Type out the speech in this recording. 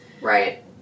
Right